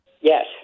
Yes